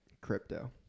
Crypto